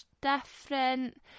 different